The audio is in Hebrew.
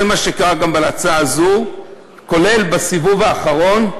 זה מה שקרה גם בהצעה הזאת, כולל בסיבוב האחרון,